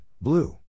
Blue